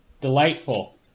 Delightful